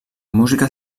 música